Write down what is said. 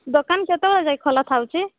ଦୋକାନ କେତେବେଳ ଯାଏଁ ଖୋଲା ଥାଉଛି